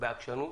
בעקשנות